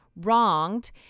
wronged